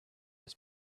his